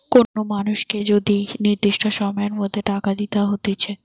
কোন মানুষকে যদি নির্দিষ্ট সময়ের মধ্যে টাকা দিতে হতিছে